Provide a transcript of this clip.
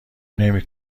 نمی